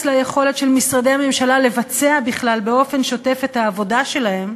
ליכולת של משרדי הממשלה לבצע בכלל באופן שוטף את העבודה שלהם,